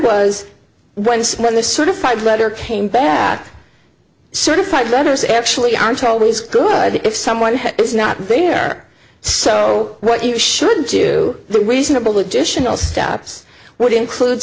once when the certified letter came back certified letters actually aren't always good if someone is not there so what you should do the reasonable additional steps would include